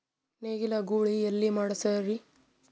ನೇಗಿಲ ಗೂಳಿ ಎಲ್ಲಿ ಮಾಡಸೀರಿ?